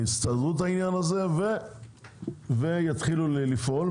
יסדרו את העניין הזה ויתחילו לפעול,